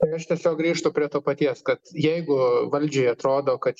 tai aš tiesiog grįžtu prie to paties kad jeigu valdžiai atrodo kad